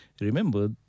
remember